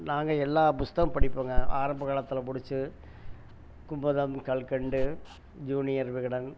நாங்கள் எல்லா புஸ்தகம் படிப்போங்க ஆரம்பகாலத்தில் பிடிச்சு குமுதம் கல்கண்டு ஜூனியர் விகடன்